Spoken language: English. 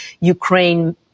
Ukraine